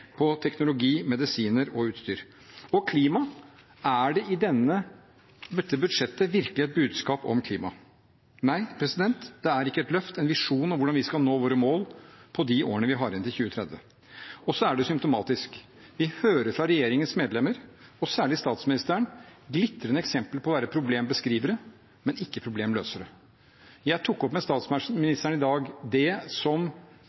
gjelder teknologi, medisiner og utstyr. Og klima: Er det i dette budsjettet virkelig et budskap om klima? Nei, det er ikke et løft, ingen visjon om hvordan vi skal nå våre mål på de årene vi har igjen til 2030. Og så er det symptomatisk, det vi hører fra regjeringens medlemmer – og særlig fra statsministeren: glitrende eksempler på å være problembeskrivere, men ikke problemløsere. Jeg tok opp med statsministeren i dag det som